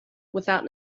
without